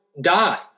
die